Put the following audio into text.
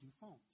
phones